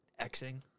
xing